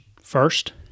first